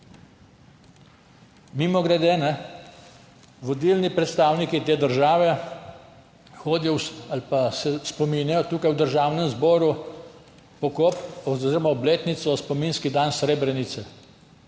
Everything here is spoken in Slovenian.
Mimogrede, vodilni predstavniki te države hodijo ali pa se spominjajo tukaj v Državnem zboru pokopa oziroma obletnice, spominski dan Srebrenice.